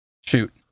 Shoot